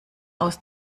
aus